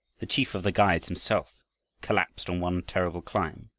the chief of the guides himself collapsed in one terrible climb,